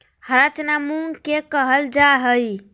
हरा चना मूंग के कहल जा हई